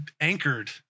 anchored